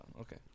Okay